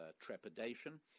trepidation